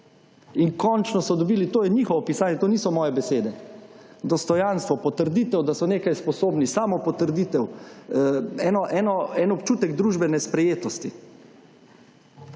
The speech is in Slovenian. in končno so dobili, to je njihovo pisanje, to niso moje besede, dostojanstvo, potrditev, da so nekaj sposobni, samopotrditev, en občutek družbene sprejetosti.